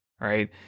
right